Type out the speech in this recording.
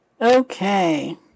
Okay